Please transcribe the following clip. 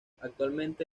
actualmente